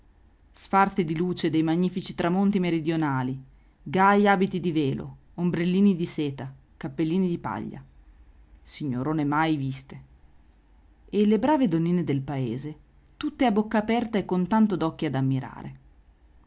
sfarzi di luce dei magnifici tramonti meridionali gaj abiti di velo ombrellini di seta cappellini di paglia signorone mai viste e le brave donnine del paese tutte a bocca aperta e con tanto d'occhi ad ammirare